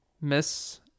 Miss